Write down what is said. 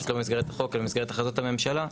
פשוט לא במסגרת החוק אלא במסגרת הכרזת הממשלה,